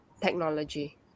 technology